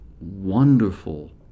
wonderful